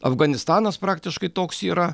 afganistanas praktiškai toks yra